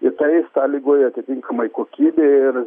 ir tai sąlygoja atitinkamai kokybę ir